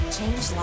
change